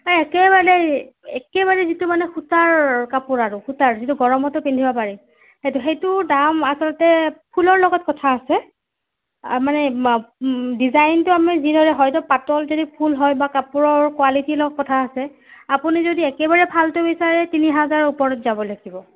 একেবাৰে একেবাৰে যিটো মানে সূতাৰ কাপোৰ আৰু সূতাৰ যিটো গৰমতো পিন্ধিব পাৰি সেইটো সেইটোৰ দাম আচলতে ফুলৰ লগত কথা আছে মানে ডিজাইনটো অমি যিদৰে হয়তো পাতল যদি ফুল হয় বা কাপোৰৰ কোৱালিটি লগত কথা আছে আপুনি যদি একেবাৰে ভালটো বিচাৰে তিনিহাজাৰৰ ওপৰত যাব লাগিব